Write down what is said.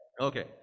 okay